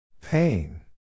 Pain